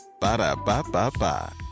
Ba-da-ba-ba-ba